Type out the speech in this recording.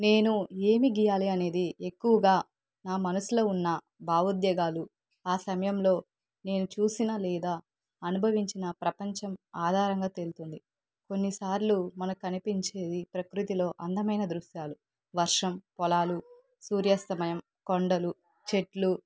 నేను ఏమి గీయాలి అనేది ఎక్కువగా నా మనసులో ఉన్న భావోద్వేగాలు ఆ సమయంలో నేను చూసిన లేదా అనుభవించిన ప్రపంచం ఆధారంగా తెలుస్తుంది కొన్నిసార్లు మన కనిపించేది ప్రకృతిలో అందమైన దృశ్యాలు వర్షం పొలాలు సూర్యాస్తమయం కొండలు చెట్లు